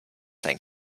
sein